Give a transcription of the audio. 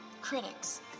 critics